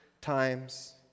times